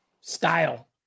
style